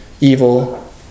Evil